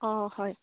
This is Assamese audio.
অ' হয়